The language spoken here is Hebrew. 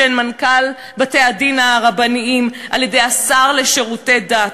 מנכ"ל בתי-הדין הרבניים על-ידי השר לשירותי דת,